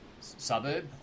suburb